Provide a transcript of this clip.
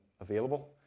available